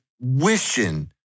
wishing